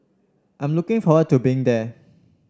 I'm looking forward to being there